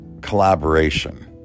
collaboration